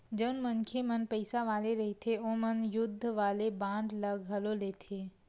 जउन मनखे मन पइसा वाले रहिथे ओमन युद्ध वाले बांड ल घलो लेथे